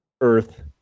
Earth